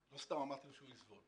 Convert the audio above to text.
לא סתם אמרתי לו שהוא יסבול.